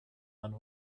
man